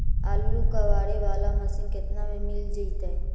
आलू कबाड़े बाला मशीन केतना में मिल जइतै?